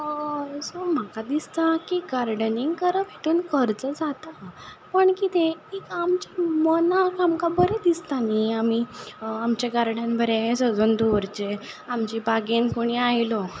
so म्हाका दिसता की गार्डनिंग करप हितून खर्चो जाता पूण कितें एक आमचे मनाक आमकां बरें दिसता न्ही आमी आमचें गार्डन बरें सजोवन दवरचें आमची बागेंत कोणीय आयलो